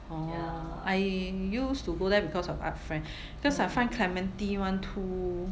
orh I used to go there because of Art Friend cause I find clementi [one] too